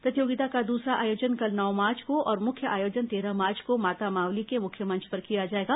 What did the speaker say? प्रतियागिता का दूसरा आयोजन कल नौ मार्च को और मुख्य आयोजन तेरह मार्च को माता मावली के मुख्य मंच पर किया जाएगा